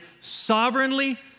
sovereignly